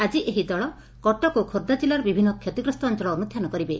ଆଜି ଏହି ଦଳ କଟକ ଓ ଖୋର୍ବ୍ଧା ଜିଲ୍ଗର ବିଭିନ୍ନ କ୍ଷତିଗ୍ରସ୍ତ ଅଞ୍ଞଳ ଅନୁଧ୍ୟାନ କରିବେ